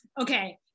okay